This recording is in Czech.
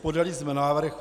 Podali jsme návrh.